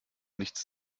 nichts